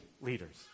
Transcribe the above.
leaders